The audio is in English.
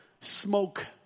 smoke